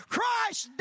Christ